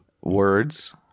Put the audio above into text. Words